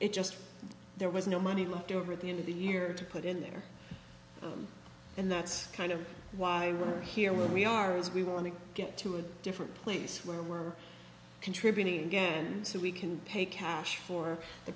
it just there was no money left over at the end of the year to put in there and that's kind of why we're here where we are is we want to get to a different place where we're contributing gand so we can pay cash for the